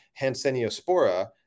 Hanseniospora